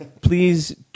Please